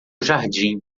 jardim